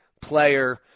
player